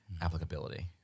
applicability